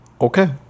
Okay